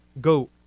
go